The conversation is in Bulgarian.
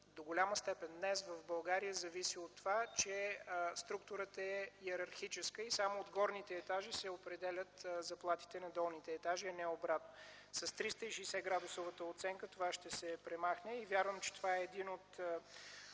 до голяма степен днес в България зависи от това, че структурата е йерархическа и само от горните етажи се определят заплатите на долните етажи, а не обратното. С 360-градусовата оценка това ще се премахне и вярвам, че това е един от